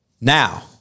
now